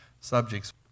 subjects